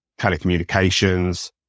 telecommunications